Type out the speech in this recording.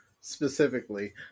specifically